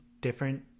different